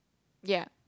ya